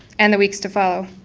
and the weeks to follow.